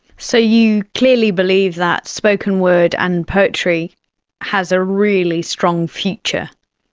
so you clearly believe that spoken word and poetry has a really strong future.